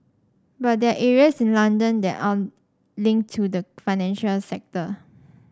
but there are areas in London that aren't linked to the financial sector